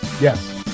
Yes